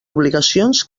obligacions